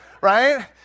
right